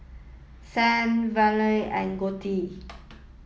Sanal Vallabhbhai and Gottipati